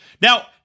Now